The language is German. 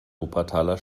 wuppertaler